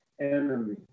enemy